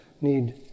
need